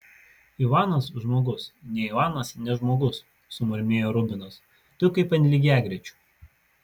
ivanas žmogus ne ivanas ne žmogus sumurmėjo rubinas tu kaip ant lygiagrečių